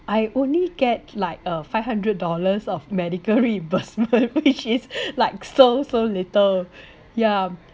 I only get like a five hundred dollars of medical reimbursement which is like so so little yeah